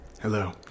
hello